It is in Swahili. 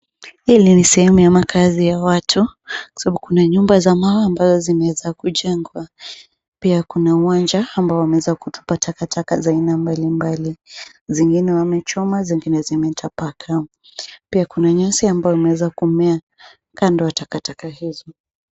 Hili ni sehemu ya makaazi ya watu kwa sababu kuna nyumba za mawe ambazo zimeweza kujengwa pia kuna uwanja ambao wameweza kutupa takataka za aina mbalimbali. Zingine wamechoma zingine zimetapakaa pia kuna nyasi ambayo imeweza kumea kando ya takataka hizo.